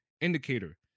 indicator